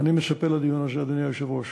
אני מצפה לדיון הזה, אדוני היושב-ראש.